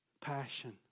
passion